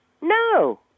No